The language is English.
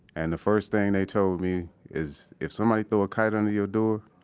and the first thing they told me is, if somebody throw a kite under your door,